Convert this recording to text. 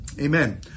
Amen